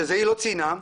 שזוהי לא צנעה,